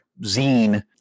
zine